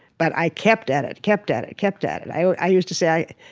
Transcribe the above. but i kept at it, kept at it, kept at it. i i used to say,